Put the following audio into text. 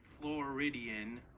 Floridian